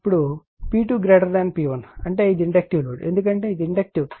ఇప్పుడు P2 P1 అంటే ఇది ఇండక్టివ్ లోడ్ ఎందుకంటే ఇది ఇండక్టివ్ అని మనం చూశాం